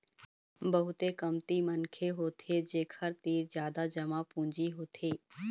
बहुते कमती मनखे होथे जेखर तीर जादा जमा पूंजी होथे